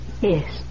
Yes